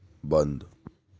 بند